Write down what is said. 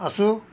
ଆସୁ